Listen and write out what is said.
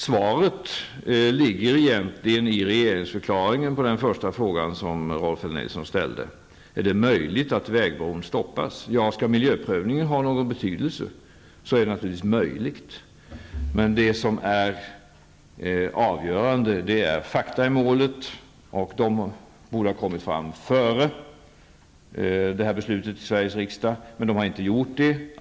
Svaret på den första frågan som Rolf L Nilson ställde om det är möjligt att vägbron stoppas, ligger egentligen i regeringsförklaringen. Om miljöprövningen skall ha någon betydelse är det naturligtvis möjligt. Men det som är avgörande är fakta i målet. De borde ha kommit fram före det här beslutet i Sveriges riksdag. Men de har inte gjort det.